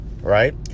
right